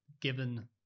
given